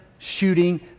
shooting